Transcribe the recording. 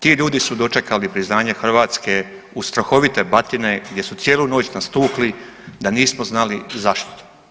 Ti ljudi su dočekali priznanje Hrvatske uz strahovite batine gdje su cijelu noć nas tukli da nismo znali zašto.